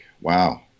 wow